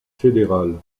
fédéral